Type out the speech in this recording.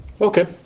Okay